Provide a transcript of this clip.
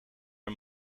een